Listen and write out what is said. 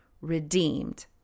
Redeemed